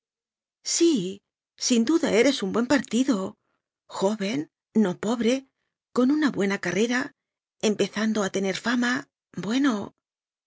sí sin duda eres un buen partido jo ven no pobre con una buena carrera em pezando a tener fama bueno